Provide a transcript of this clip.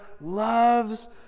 loves